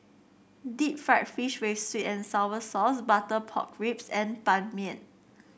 Deep Fried Fish with sweet and sour sauce Butter Pork Ribs and Ban Mian